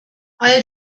all